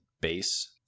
base